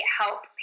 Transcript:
help